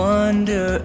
Wonder